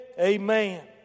amen